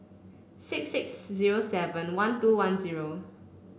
six six zero seven one two one zero